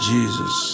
Jesus